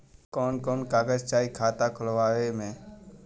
कवन कवन कागज चाही खाता खोलवावे मै?